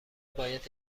باید